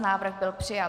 Návrh byl přijat.